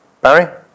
Barry